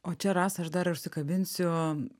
o čia rasa aš dar užsikabinsiu